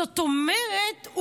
זאת אומרת,